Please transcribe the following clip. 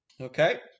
Okay